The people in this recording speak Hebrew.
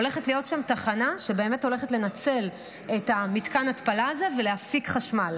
הולכת להיות שם תחנה שהולכת לנצל את מתקן ההתפלה הזה ולהפיק חשמל.